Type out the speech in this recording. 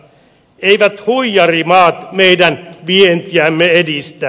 eivät huijarimaat meidän vientiämme edistä